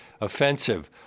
offensive